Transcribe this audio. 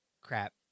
crap